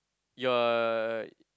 you are